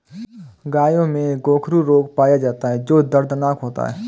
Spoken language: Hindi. गायों में गोखरू रोग पाया जाता है जो दर्दनाक होता है